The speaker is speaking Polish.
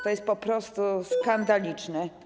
To jest po prostu skandaliczne.